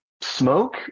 smoke